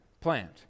plant